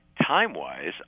time-wise